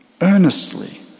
earnestly